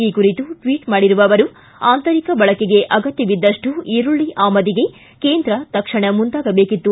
ಈ ಕುರಿತು ಟ್ವಿಟ್ ಮಾಡಿರುವ ಅವರು ಆಂತರಿಕ ಬಳಕೆಗೆ ಅಗತ್ಯವಿದ್ದಷ್ಟು ಈರುಳ್ಳಿ ಆಮದಿಗೆ ಕೇಂದ್ರ ತಕ್ಷಣ ಮುಂದಾಗಬೇಕಿತ್ತು